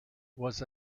was